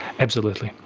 absolutely.